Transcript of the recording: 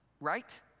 Right